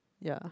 ya